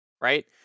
right